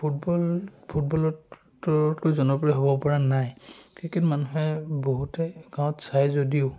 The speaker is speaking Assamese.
ফুটবল ফুটবলটোতকৈ জনপ্ৰিয় হ'ব পৰা নাই ক্ৰিকেট মানুহে বহুতে গাঁৱত চায় যদিও